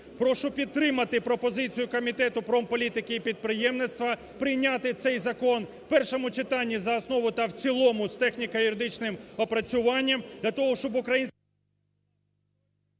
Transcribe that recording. Прошу підтримати пропозицію Комітету промполітики і підприємництва прийняти цей закон в першому читанні за основу та в цілому з техніко-юридичним опрацюванням